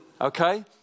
Okay